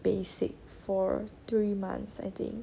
basic for three months I think